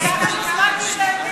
כי לקח לנו זמן להבין את זה.